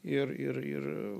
ir ir ir